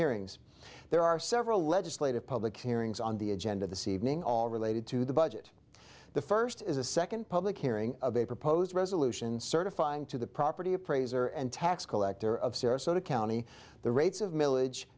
hearings there are several legislative public hearings on the agenda the c evening all related to the budget the first is a second public hearing of a proposed resolution certifying to the property appraiser and tax collector of sarasota county the rates of mill